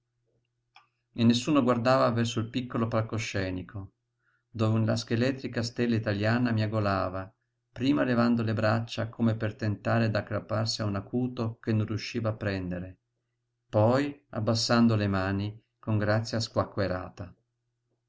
e nessuno guardava verso il piccolo palcoscenico dove una scheletrica stella italiana miagolava prima levando le braccia come per tentare d'aggrapparsi a un acuto che non riusciva a prendere poi abbassando le mani con grazia squacquerata